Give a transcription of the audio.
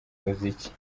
muziki